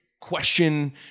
question